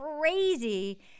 crazy